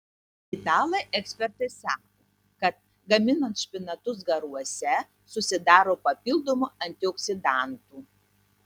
italai ekspertai sako kad gaminant špinatus garuose susidaro papildomų antioksidantų